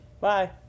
Bye